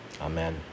Amen